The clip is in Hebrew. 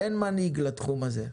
אין מנהיג לתחום הזה.